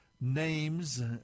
names